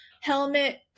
helmet